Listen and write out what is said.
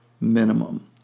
minimum